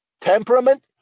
temperament